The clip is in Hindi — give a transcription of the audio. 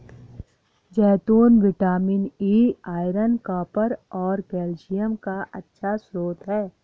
जैतून विटामिन ई, आयरन, कॉपर और कैल्शियम का अच्छा स्रोत हैं